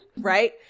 right